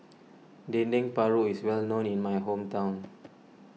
Dendeng Paru is well known in my hometown